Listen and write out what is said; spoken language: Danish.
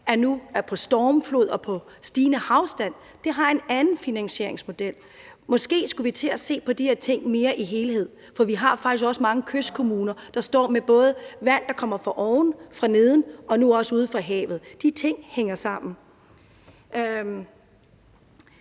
af stormflod og stigende havstand, ser vi, at den har en anden finansieringsmodel. Måske skulle vi til at se mere på de her ting i helhed, for vi har faktisk også mange kystkommuner, der står med vand, der kommer både fra oven, fra neden og nu også ude fra havet. De ting hænger sammen.